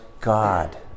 God